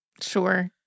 Sure